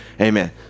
amen